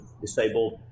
disabled